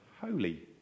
holy